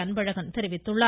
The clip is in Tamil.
அன்பழகன் தெரிவித்துள்ளார்